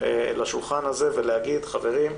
לשולחן הזה, ולהגיד, חברים,